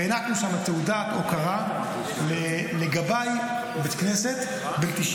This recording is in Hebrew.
והענקנו שם תעודת הוקרה לגבאי בית כנסת בן 94